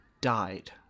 died